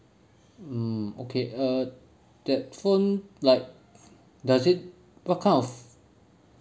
mm okay err that phone like does it what kind of